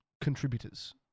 contributors